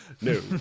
No